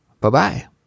Bye-bye